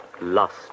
lust